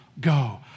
go